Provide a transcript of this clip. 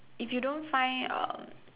if you don't find um